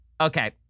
Okay